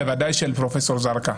בוודאי של פרופ' זרקא.